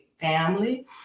family